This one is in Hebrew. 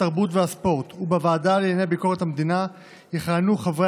התרבות והספורט ובוועדה לענייני ביקורת המדינה יכהנו חברי